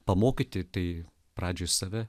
pamokyti tai pradžių save